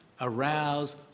arouse